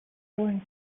going